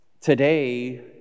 Today